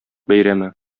бәйрәме